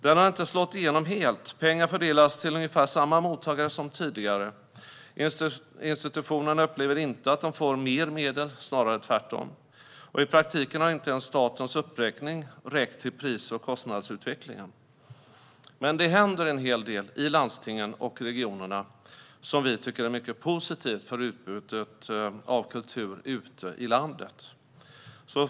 Den har inte slagit igenom helt: Pengar fördelas till ungefär samma mottagare som tidigare. Institutionerna upplever inte att de får mer medel, snarare tvärtom. Och i praktiken har inte ens statens uppräkning räckt till pris och kostnadsutvecklingen. Men det händer en hel del i landstingen och regionerna som vi tycker är mycket positivt för utbudet av kultur ute i landet.